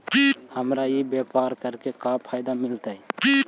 हमरा ई व्यापार करके का फायदा मिलतइ?